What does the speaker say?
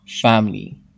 family